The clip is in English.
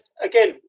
again